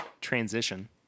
transition